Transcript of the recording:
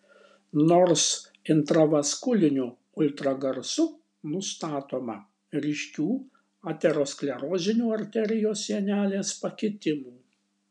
nors intravaskuliniu ultragarsu nustatoma ryškių aterosklerozinių arterijos sienelės pakitimų